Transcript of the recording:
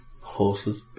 Horses